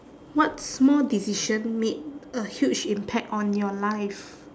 what small decision made a huge impact on your life